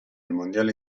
mondiale